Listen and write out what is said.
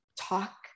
talk